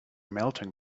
melting